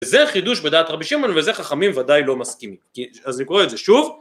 וזה חידוש בדעת רבי שמעון וזה חכמים ודאי לא מסכימים. אז אני קורא את זה שוב